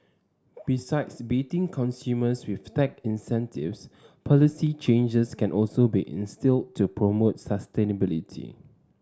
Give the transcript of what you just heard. besides baiting consumers with tax incentives policy changes can also be instilled to promote sustainability